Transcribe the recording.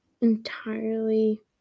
entirely